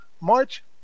March